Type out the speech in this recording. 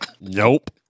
Nope